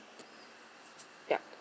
ya